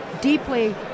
deeply